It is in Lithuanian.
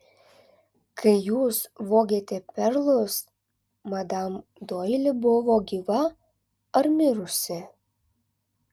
kai jūs vogėte perlus madam doili buvo gyva ar mirusi